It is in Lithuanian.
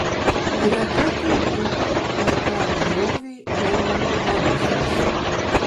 greta tiltuko per tą griovį eina vamzdis